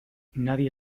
nadie